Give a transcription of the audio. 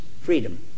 freedom